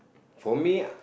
for me